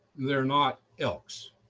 they're not elks.